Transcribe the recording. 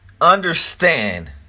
understand